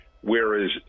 whereas